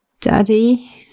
Daddy